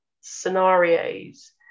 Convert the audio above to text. scenarios